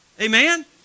Amen